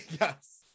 Yes